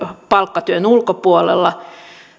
palkkatyön ulkopuolella